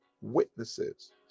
witnesses